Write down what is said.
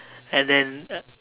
and then